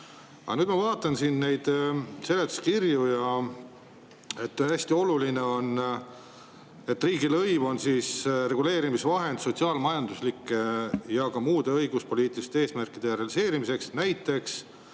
nüüd ma vaatan neid seletuskirju ja siin on hästi olulisena kirjas, et riigilõiv on reguleerimisvahend sotsiaal-majanduslike ja muude õiguspoliitiliste eesmärkide realiseerimiseks, näiteks